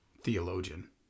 theologian